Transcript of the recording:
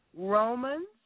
Romans